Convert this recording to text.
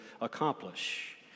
accomplish